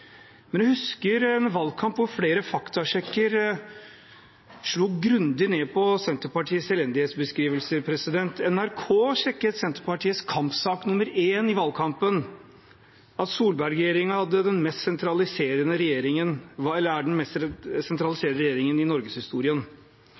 Men jeg husker en valgkamp hvor flere faktasjekker slo grundig ned på Senterpartiets elendighetsbeskrivelser. NRK sjekket Senterpartiets kampsak nr. én i valgkampen, at Solberg-regjeringen er den mest sentraliserende regjeringen